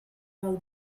del